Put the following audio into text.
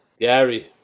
Gary